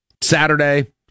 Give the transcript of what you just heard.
Saturday